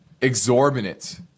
exorbitant